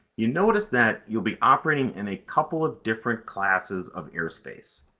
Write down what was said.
you notice that you'll be operating in a couple of different classes of airspace.